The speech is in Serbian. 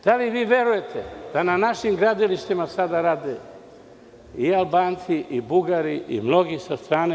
Da li verujete da na našim gradilištima sada rade i Albanci i Bugari i mnogi sa strane.